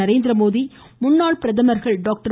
நரேந்திரமோடி முன்னாள் பிரதமர்கள் டாக்டர்